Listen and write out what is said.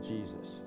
Jesus